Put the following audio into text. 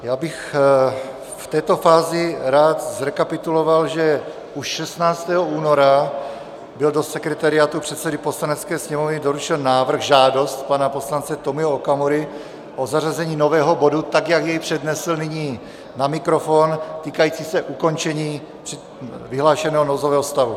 Já bych v této fázi rád zrekapituloval, že už 16. února byl do sekretariátu předsedy Poslanecké sněmovny doručen návrh žádost pana poslance Tomia Okamury o zařazení nového bodu, tak jak jej přednesl nyní na mikrofon, týkající se ukončení vyhlášeného nouzového stavu.